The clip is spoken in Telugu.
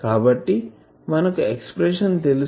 కాబట్టి మనకు ఎక్సప్రెషన్ తెలుసు